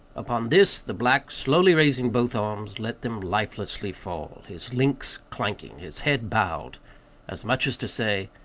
upon this, the black, slowly raising both arms, let them lifelessly fall, his links clanking, his head bowed as much as to say,